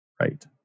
Right